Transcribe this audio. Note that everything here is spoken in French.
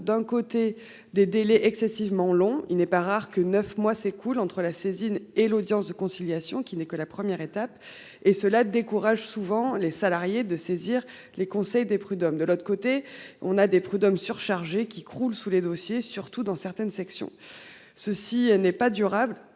D'un côté des délais excessivement longs, il n'est pas rare que 9 mois s'écoulent entre la saisine et l'audience de conciliation qui n'est que la première étape et cela décourage souvent les salariés de saisir les conseils des prud'hommes de l'autre côté on a des prud'hommes surchargé qui croulent sous les dossiers, surtout dans certaines sections. Ceci n'est pas durable